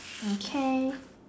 okay